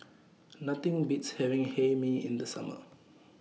Nothing Beats having Hae Mee in The Summer